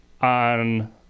on